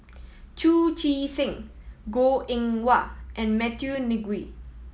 Chu Chee Seng Goh Eng Wah and Matthew Ngui